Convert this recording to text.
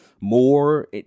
more